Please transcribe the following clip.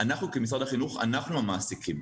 אנחנו כמשרד החינוך, אנחנו המעסיקים.